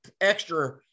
extra